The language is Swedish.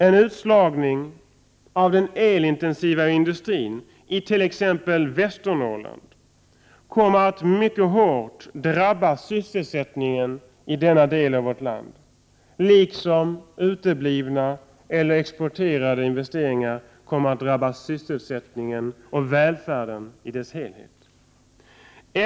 En utslagning av den elintensiva industrin i t.ex. Västernorrland kommer att mycket hårt drabba sysselsättningen i denna del av vårt land, liksom uteblivna eller exporterade investeringar kommer att drabba sysselsättningen och välfärden i dess helhet.